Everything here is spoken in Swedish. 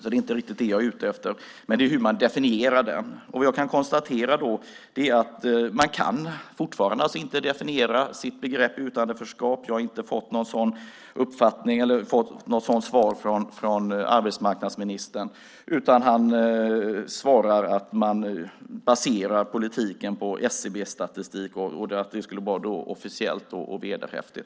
Det är inte riktigt det jag är ute efter, utan det gäller hur man definierar. Jag kan konstatera att man fortfarande inte kan definiera sitt begrepp "utanförskap". Jag har inte fått den uppfattningen eller fått något sådant svar från arbetsmarknadsministern, utan han svarar att man baserar politiken på SCB-statistik som är officiell och vederhäftig.